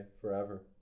forever